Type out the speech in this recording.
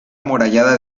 amurallada